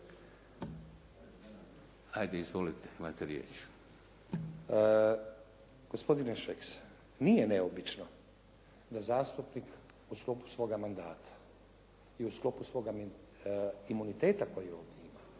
**Stazić, Nenad (SDP)** Gospodine Šeks nije neobično da zastupnik u sklopu svoga mandata i u sklopu svoga imuniteta koji ovdje ima